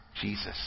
Jesus